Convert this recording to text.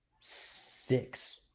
Six